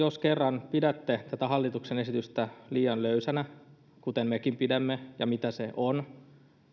jos kerran pidätte tätä hallituksen esitystä liian löysänä kuten mekin pidämme ja mitä se on